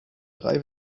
drei